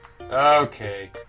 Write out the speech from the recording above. Okay